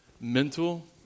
mental